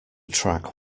track